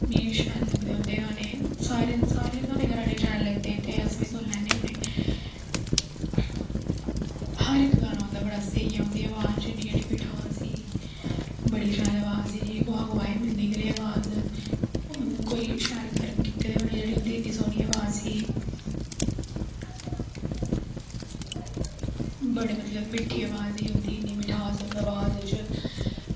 मिगी शैल लगदे उंदे गाने सारे साढ़े घर आह्लें गी सैल लगदे ते अस बी सुनी लैन्ने होने हर इक गाना उंदा स्हेई ऐ उंदी अवाज़ च नजेह्ड़ी मिठास ही बड़ी सैल अवाज़ ही कुसा कुसा गी मिलदी एह् जेही अवाज़ उन्न कोई शैल कर्म कीते दे होने जेह्ड़ी इन्नी सोह्नी उंदी आवाज़ ही बड़ी मतलव मिट्ठी अवाज़ ही उंदी इन्नी मिठास अवाज़ च